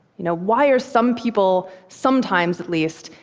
you know why are some people, sometimes at least,